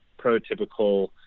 prototypical